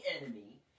enemy